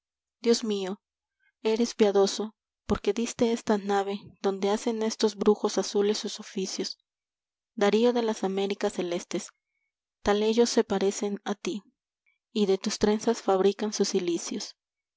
dios mió eres piadoso porque diste esta nave donde hacen estos brujos azules sus oficios darío de las américas celestes tal ellos se parecen a ti y de tus trenzas fabrican sus cilicios